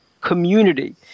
community